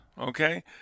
okay